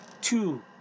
two